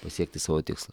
pasiekti savo tikslą